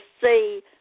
see